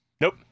nope